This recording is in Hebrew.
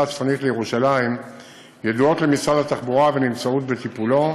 הצפונית לירושלים ידועה למשרד התחבורה ונמצאת בטיפולו.